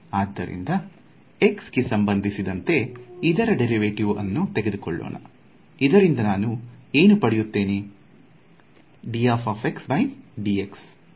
ಆದ್ದರಿಂದ x ಗೆ ಸಂಬಂಧಿಸಿದಂತೆ ಇದರ ಡೇರಿವೆಟಿವ್ ಅನ್ನು ತೆಗೆದುಕೊಳ್ಳೋಣ ಇದರಿಂದ ನಾನು ಏನು ಪಡೆಯುತ್ತೇನೆ